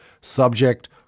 subject